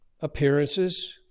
Appearances